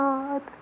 God